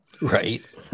Right